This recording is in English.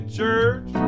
church